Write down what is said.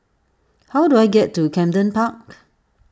how do I get to Camden Park